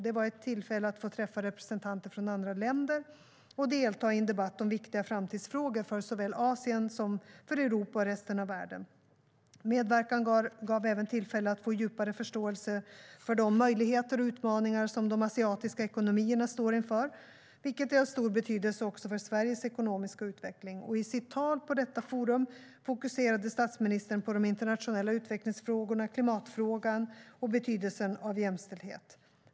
Det var ett tillfälle att träffa representanter från andra länder och delta i en debatt om viktiga framtidsfrågor för såväl Asien som Europa och resten av världen. Medverkan gav även tillfälle att få djupare förståelse för de möjligheter och utmaningar som de asiatiska ekonomierna står inför, vilket är av stor betydelse också för Sveriges ekonomiska utveckling. I sitt tal på detta forum fokuserade statsministern på de internationella utvecklingsfrågorna, klimatfrågan och betydelsen av jämställdhet.